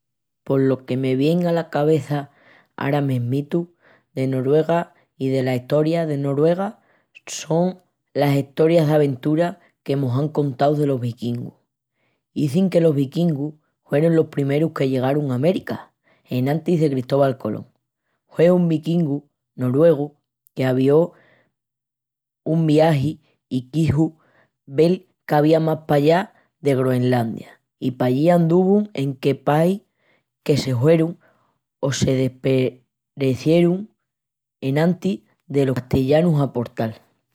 Pos lo que me vien ala cabeça ara mesmitu de Noruega i dela Eistoria de Noruega son las estorias d'aventura que mos án cuentau delos vikingus. Izin que los vikingus huerun los primerus que llegarun a América, enantis de Cristóbal Colón. Hue un vikingu noruegu qu'avió un viagi i quixu vel qu'avía más pallá de Groenlandia i pallí anduvun enque pahi que se huerun o se desparecierun enantis delos castillanus aportal.